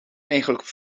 eigenlijk